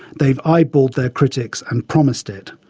they've eyeballed their critics and promised it.